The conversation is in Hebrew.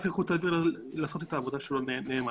איכות אוויר לעשות את העבודה שלו נאמנה.